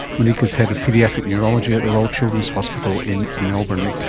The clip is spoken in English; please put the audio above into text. monique is head of paediatric neurology at the royal children's hospital in melbourne.